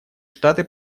штаты